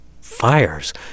fires